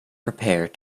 prepared